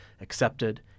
accepted